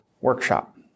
workshop